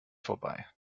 vorbei